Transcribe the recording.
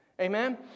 amen